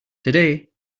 today